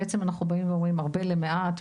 בעצם אנחנו באים ואומרים הרבה למעט,